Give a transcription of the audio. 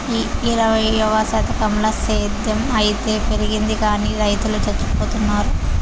ఈ ఇరవైవ శతకంల సేద్ధం అయితే పెరిగింది గానీ రైతులు చచ్చిపోతున్నారు